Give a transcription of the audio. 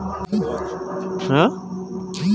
আবেদন করার যোগ্যতা কি?